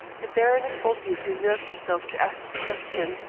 the baronet obviously nerved himself to ask the question.